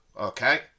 okay